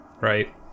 Right